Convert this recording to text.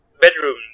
Bedrooms